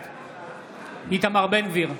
בעד איתמר בן גביר,